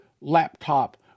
laptop